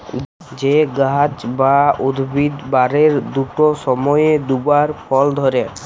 যে গাহাচ বা উদ্ভিদ বারের দুট সময়ে দুবার ফল ধ্যরে